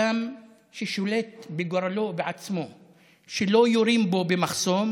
(אומר בערבית: כל המדינות,